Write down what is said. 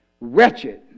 Wretched